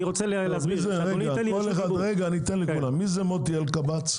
מי זה מוטי אלקבץ?